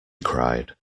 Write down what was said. cried